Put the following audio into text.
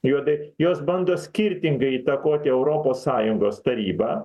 juodai jos bando skirtingai įtakoti europos sąjungos tarybą